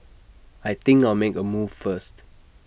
I think I'll make A move first